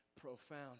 profound